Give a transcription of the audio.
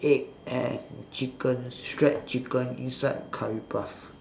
egg and chicken shred chicken inside curry puff